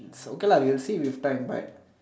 it's okay lah we will see it with time but